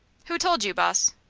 who told you, boss?